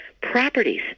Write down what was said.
properties